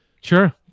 sure